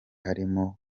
harimo